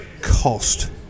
cost